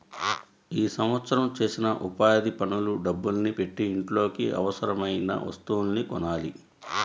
ఈ సంవత్సరం చేసిన ఉపాధి పనుల డబ్బుల్ని పెట్టి ఇంట్లోకి అవసరమయిన వస్తువుల్ని కొనాలి